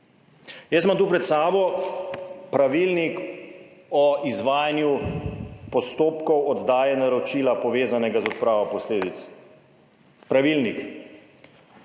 Jaz imam tu pred sabo Pravilnik o izvajanju postopkov oddaje naročila povezanega z odpravo posledic, Pravilnik